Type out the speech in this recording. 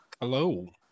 Hello